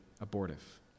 abortive